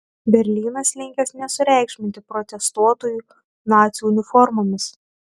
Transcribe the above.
berlynas linkęs nesureikšminti protestuotojų nacių uniformomis